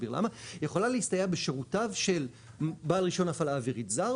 של בעל רישיון הפעלה אווירית זר,